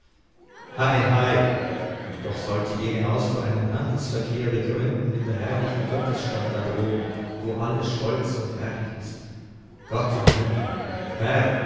hei hei und doch sollte jene ausfuhr einen handelsverkehr begründen mit der herrlichen gottesstadt da droben wo alles stolz und herrlich ist gott im himmel